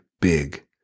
big